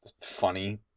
funny